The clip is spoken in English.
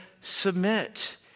submit